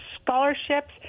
scholarships